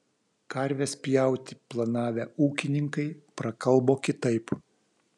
karves pjauti planavę ūkininkai prakalbo kitaip